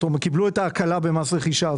קיבלו את ההקלה במס רכישה.